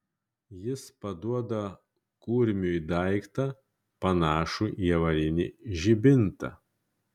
jis paduoda kurmiui daiktą panašų į avarinį žibintą